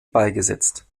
beigesetzt